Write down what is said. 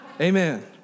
Amen